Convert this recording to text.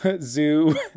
zoo